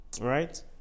Right